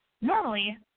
Normally